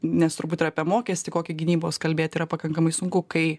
nes turbūt ir apie mokestį kokį gynybos kalbėt yra pakankamai sunku kai